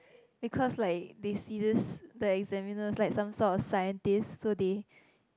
because like they scissor the examiner like some sort of scientist so they